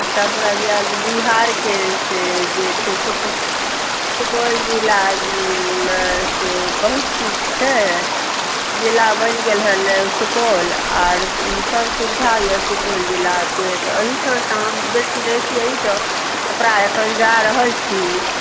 छपड़ा जायब तऽ बिहारके जे छै से सुपौल जिलामे से बहुत किछु छै जिला बनि गेल हेँ सुपौल आरसभ सुविधा यए सुपौल जिलाके तऽ अहिठाम हम बेसी रहैत छी अहिठाम छपड़ा एखन जा रहल छी